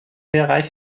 bereich